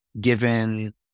given